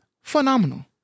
Phenomenal